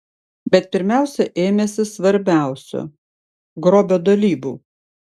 bet pirmiausia ėmėsi svarbiausio grobio dalybų